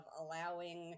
allowing